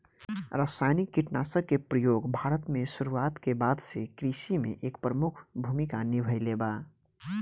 रासायनिक कीटनाशक के प्रयोग भारत में शुरुआत के बाद से कृषि में एक प्रमुख भूमिका निभाइले बा